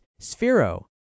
Sphero